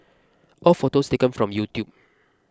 all photos taken from YouTube